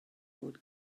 fod